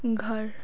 घर